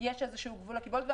יש איזשהו גבול לקיבולת.